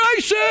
Racist